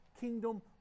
kingdom